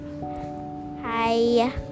hi